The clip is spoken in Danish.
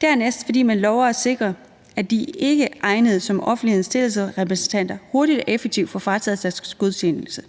dernæst fordi man lover at sikre, at de ikkeegnede som offentlighedens tillidsrepræsentanter hurtigt og effektivt får frataget deres godkendelse.